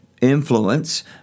influence